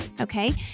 okay